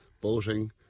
boating